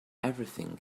everything